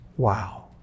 Wow